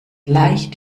leicht